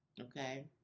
Okay